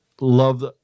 love